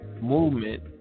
movement